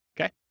Okay